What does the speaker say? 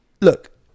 look